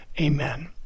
Amen